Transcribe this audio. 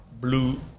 blue